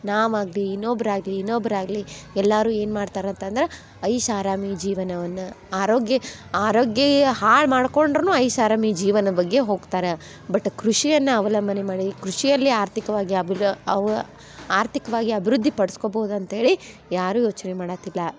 ನಾವು ಆಗಲಿ ಇನ್ನೊಬ್ರು ಆಗಲಿ ಇನ್ನೊಬ್ರು ಆಗಲಿ ಎಲ್ಲರೂ ಏನು ಮಾಡ್ತಾರೆ ಅಂತಂದ್ರೆ ಐಷಾರಾಮಿ ಜೀವನವನ್ನ ಆರೋಗ್ಯ ಆರೋಗ್ಯ ಹಾಳು ಮಾಡ್ಕೊಂಡರೂನು ಐಷಾರಾಮಿ ಜೀವನ ಬಗ್ಗೆ ಹೋಗ್ತಾರಾ ಬಟ್ ಕೃಷಿಯನ್ನ ಅವಲಂಬನೆ ಮಾಡಿ ಕೃಷಿಯಲ್ಲಿ ಆರ್ಥಿಕವಾಗಿ ಅಬಿ ಅವ್ ಆರ್ಥಿಕವಾಗಿ ಅಭಿವೃದ್ಧಿ ಪಡ್ಸ್ಕೊಬೋದು ಅಂತ್ಹೇಳಿ ಯಾರು ಯೋಚನೆ ಮಾಡಕ್ಕಿಲ್ಲ